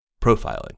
profiling